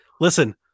Listen